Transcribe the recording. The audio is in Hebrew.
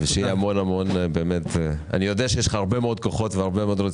אני יודע שיש לך הרבה מאוד כוחות ורצונות,